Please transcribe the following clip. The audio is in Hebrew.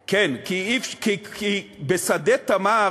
כי אי-אפשר